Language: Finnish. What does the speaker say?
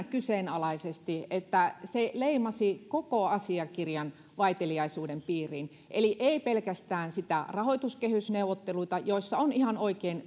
kyseenalaisesti siinä että se leimasi koko asiakirjan vaiteliaisuuden piiriin eli ei pelkästään rahoituskehysneuvotteluita joissa on ihan oikein